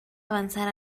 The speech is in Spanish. avanzar